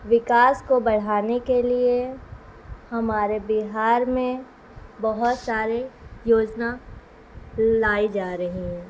وکاس کو بڑھانے کے لیے ہمارے بہار میں بہت سارے یوجنا لائی جا رہی ہیں